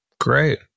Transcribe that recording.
Great